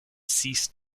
ceased